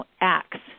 acts